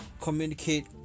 communicate